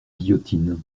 guillotine